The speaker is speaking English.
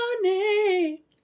money